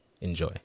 Enjoy